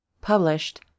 Published